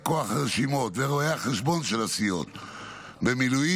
כוח הרשימות ורואי החשבון של הסיעות במילואים,